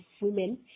women